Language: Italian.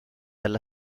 alla